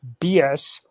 BS